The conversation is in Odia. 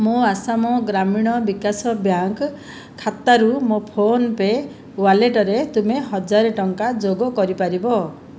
ମୋ ଆସାମ ଗ୍ରାମୀଣ ବିକାଶ ବ୍ୟାଙ୍କ ଖାତାରୁ ମୋ ଫୋନ୍ ପେ ୱାଲେଟ୍ରେ ତୁମେ ହଜାର ଟଙ୍କା ଯୋଗ କରିପାରିବ